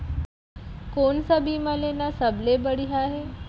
कोन स बीमा लेना सबले बढ़िया हे?